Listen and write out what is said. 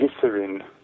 glycerin